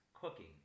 cooking